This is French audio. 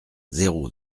zéro